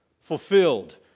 fulfilled